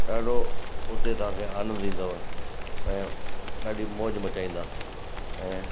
ॾाढो उते तव्हां खे आनंद ईंदव ऐं ॾाढी मौज मचाईंदा ऐं